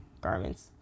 garments